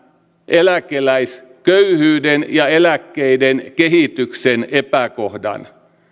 eläkeläisköyhyyden ja eläkkeiden kehityksen epäkohdan